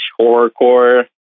horrorcore